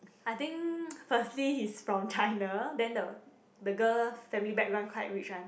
I think firstly he's from China then the the girl family background quite rich one